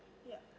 ya